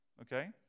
okay